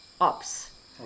ops